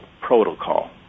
protocol